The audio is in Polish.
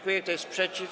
Kto jest przeciw?